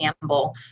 Campbell